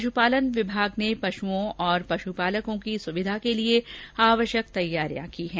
पश्पालन विभाग ने पश्ओं और पश्पालकों की सुविधा के लिए आवश्यक तैयारियां कर ली हैं